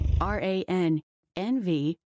R-A-N-N-V